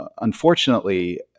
unfortunately